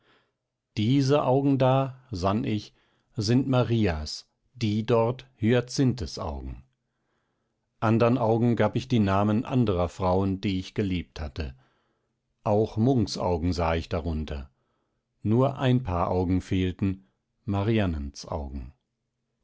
diese augen da sann ich sind marias die dort hyacinthes augen andern augen gab ich die namen anderer frauen die ich geliebt hatte auch munks augen sah ich darunter nur ein paar augen fehlten mariannens augen